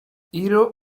hiro